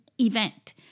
event